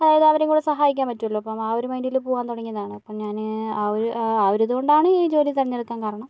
അതായത് അവരെയും കൂടെ സഹായിക്കാൻ പറ്റുവല്ലോ അപ്പം ആ ഒരു മൈൻഡില് പോകാൻ തൊടങ്ങിയതാണ് അപ്പം ഞാന് ആ ഒരു ഒരു ഇതുകൊണ്ടാണ് ഈ ഒരു ജോലി തെരഞ്ഞെടുക്കാൻ കാരണം